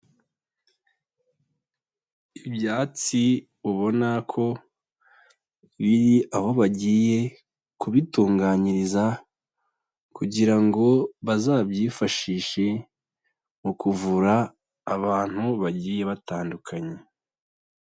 Ibyatsi ubona ko biri aho bagiye kubitunganyiriza, kugira ngo bazabyifashishe mu kuvura abantu bagiye batandukanye.